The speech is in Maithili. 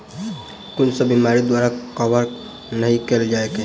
कुन सब बीमारि द्वारा कवर नहि केल जाय है?